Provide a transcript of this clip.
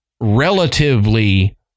relatively